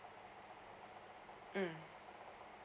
mm